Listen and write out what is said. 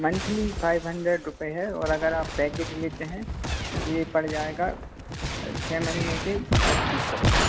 monthly five hundred रुपये है और अगर आप पैकेज लेते हैं तो ये पड़ जाएगा छह महीने के पच्चीस सौ रुपये